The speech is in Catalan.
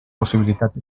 possibilitats